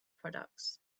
products